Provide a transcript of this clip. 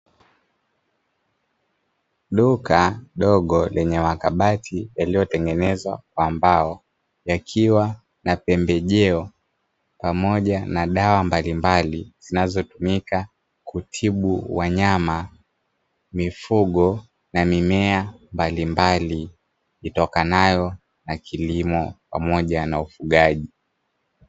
Duka dogo lenye makabati yaliyotengenezwa kwa mbao, yakiwa na pembejeo pamoja na dawa mbalimbali zinazotumika kutibu: wanyama, mifugo na mimea mbalimbali; itokanayo na kilimo pamoja na ufugaji.